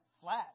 flat